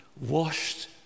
washed